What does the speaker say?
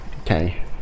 Okay